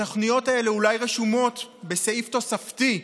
התוכניות האלה אולי רשומות בסעיף תוספתי,